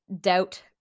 doubt